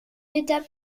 étape